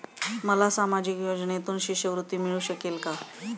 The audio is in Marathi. मला सामाजिक योजनेतून शिष्यवृत्ती मिळू शकेल का?